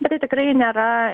bet tai tikrai nėra